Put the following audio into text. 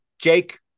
Jake